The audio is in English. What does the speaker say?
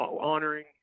honoring